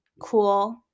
cool